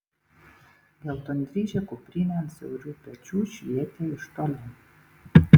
geltondryžė kuprinė ant siaurų pečių švietė iš toli